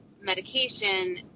medication